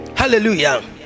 hallelujah